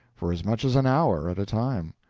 for as much as an hour at a time.